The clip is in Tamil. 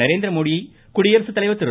நரேந்திரமோடியை குடியரசுத்தலைவர் திரு